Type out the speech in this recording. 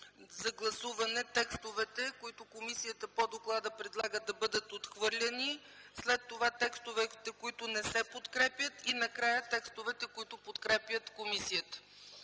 за гласуване текстовете, които комисията по доклада предлага да бъдат отхвърлени, след това – текстовете, които не се подкрепят, и накрая – текстовете, които комисията